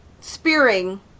spearing